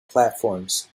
platforms